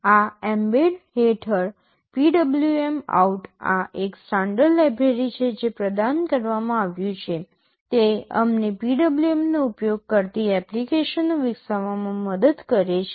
આ mbed હેઠળ PWMOut આ એક સ્ટાન્ડર્ડ લાઇબ્રેરિ છે જે પ્રદાન કરવામાં આવ્યું છે તે અમને PWMનો ઉપયોગ કરતી એપ્લિકેશનો વિકસાવવામાં મદદ કરે છે